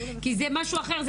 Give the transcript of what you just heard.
כי זה משהו אחר,